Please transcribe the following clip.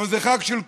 אבל זה חג של כולם,